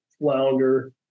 flounder